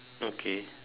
okay